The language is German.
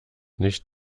nicht